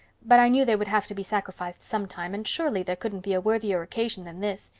but i know they would have to be sacrificed sometime, and surely there couldn't be a worthier occasion than this.